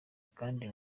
kandi